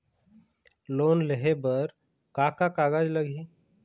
Loan लेहे बर का का कागज लगही?